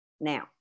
Now